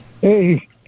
Hey